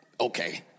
Okay